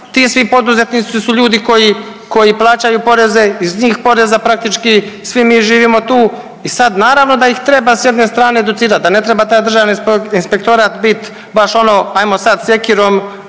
Ti svi poduzetnici su ljudi koji, koji plaćaju poreze iz tih poreza praktički svi mi živimo tu i sad naravno da iz treba s jedne strane educirat, da ne treba taj Državni inspektorat bit baš ono ajmo sad sjekirom